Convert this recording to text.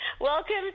welcome